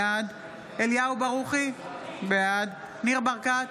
בעד אליהו ברוכי, בעד ניר ברקת,